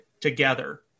together